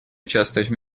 участвовать